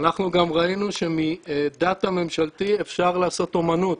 גם ראינו שמדאטה ממשלתי אפשר לעשות אמנות.